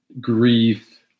grief